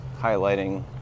highlighting